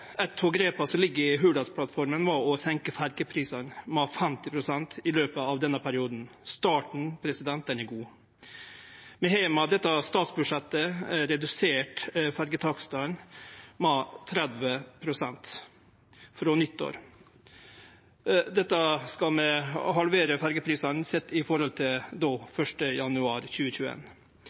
av grepa som ligg i Hurdalsplattforma, er å senke ferjeprisane med 50 pst. i løpet av denne perioden. Starten er god. Vi har med dette statsbudsjettet redusert ferjetakstane med 30 pst. frå nyttår. Vi skal halvere ferjeprisane sett i forhold til 1. januar